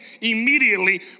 immediately